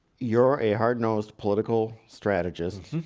you're a hard-nosed political strategist,